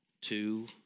two